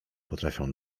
potrafią